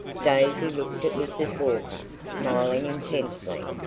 daisy looked at mrs. walker, smiling intensely.